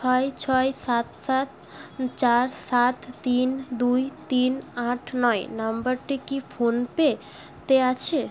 ছয় ছয় সাত সাত চার সাত তিন দুই তিন আট নয় নম্বরটি কি ফোন পে তে আছে